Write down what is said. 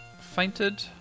fainted